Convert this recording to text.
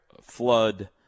flood